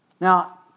Now